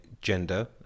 gender